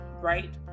right